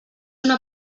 una